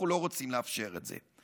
אנחנו לא רוצים לאפשר את זה,